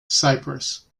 cyprus